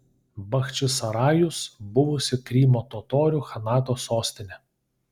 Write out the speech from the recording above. bachčisarajus buvusi krymo totorių chanato sostinė